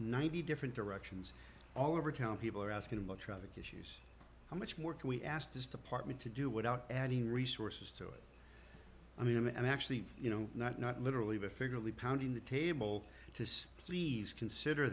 ninety different directions all over town people are asking about traffic issues how much more can we ask this department to do without adding resources to it i mean actually you know not not literally the figure only pounding the table just please consider